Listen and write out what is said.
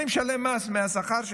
אני משלם מס מהשכר שלי.